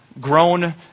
grown